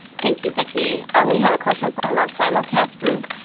thank you vicki and we have a question from our simulcast group.